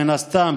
מן הסתם,